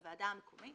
לוועדה המקומית.